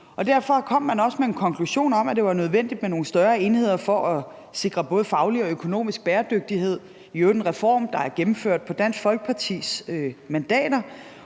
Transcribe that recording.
derfor kom man også med den konklusion, at det var nødvendigt med nogle større enheder for at sikre både faglig og økonomisk bæredygtighed. Det er i øvrigt en reform, der er gennemført på Dansk Folkepartis mandater.